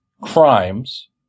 crimes